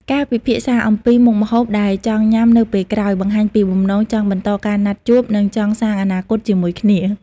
ការពិភាក្សាអំពីមុខម្ហូបដែលចង់ញ៉ាំនៅពេលក្រោយ បង្ហាញពីបំណងចង់បន្តការណាត់ជួប និងចង់សាងអនាគតជាមួយគ្នា។